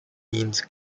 means